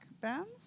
bands